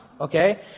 okay